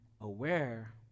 aware